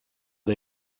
der